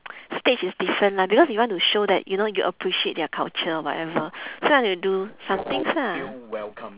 stage is different lah because you want to show that you know you appreciate their culture or whatever so you have to do some things lah